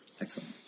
Excellent